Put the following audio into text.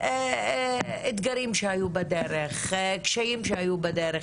אתגרים קשים שהיו בדרך.